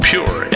Pure